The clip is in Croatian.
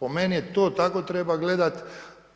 Po meni je to tako treba gledati,